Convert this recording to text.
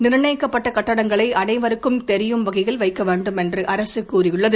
நிர்ணயிக்கப்பட்ட கட்டணங்களை அனைவருக்கும் தெரியும் வகையில் வைக்கவேண்டும் என்று அரசு கூறியுள்ளது